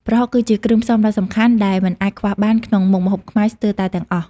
ប្រហុកគឺជាគ្រឿងផ្សំដ៏សំខាន់ដែលមិនអាចខ្វះបានក្នុងមុខម្ហូបខ្មែរស្ទើរតែទាំងអស់។